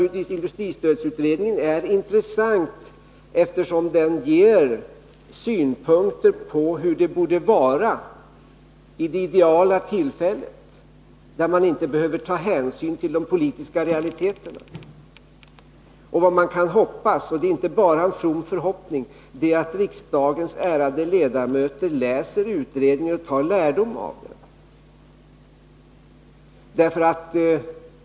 Industristödsutredningen är intressant, eftersom den ger synpunkter på hur det borde vara i det ideala tillstånd när man inte behöver ta hänsyn till de politiska realiteterna. Vad man kan hoppas på — och det är inte bara en from förhoppning — är att riksdagens ärade ledamöter läser utredningen och drar lärdom av den.